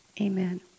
amen